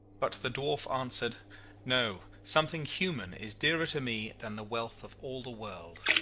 but the dwarf answered no something human is dearer to me than the wealth of all the world.